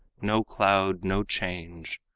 no cloud, no change,